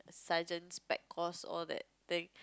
sergeant spec course all that thing